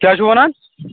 کیٛاہ چھُو وَنان